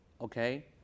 okay